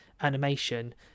animation